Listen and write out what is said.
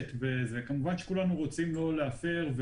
כמובן שכולנו רוצים לא להפר,